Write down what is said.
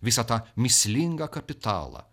visą tą mįslingą kapitalą